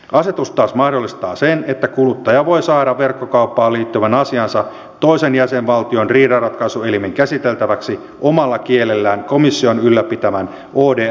asetus taas mahdollistaa sen että kuluttaja voi saada verkkokauppaan liittyvän asiansa toisen jäsenvaltion riidanratkaisuelimen käsiteltäväksi omalla kielellään komission ylläpitämän odr foorumin kautta